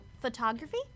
photography